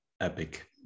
epic